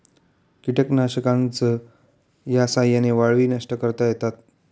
कीटकनाशकांच्या साह्याने वाळवी नष्ट करता येतात